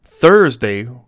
Thursday